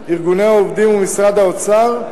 ארגוני העובדים ומשרד האוצר,